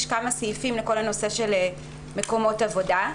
כמה סעיפים לנושא של מקומות עבודה.